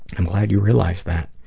i'm glad you realized that.